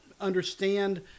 understand